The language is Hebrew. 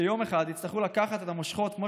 שיום אחד יצטרכו לקחת את המושכות כמו